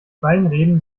weinreben